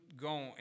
go